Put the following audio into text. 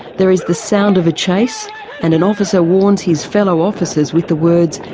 there is the sound of a chase and an officer warns his fellow officers with the words,